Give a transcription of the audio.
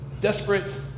desperate